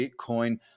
Bitcoin